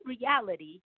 reality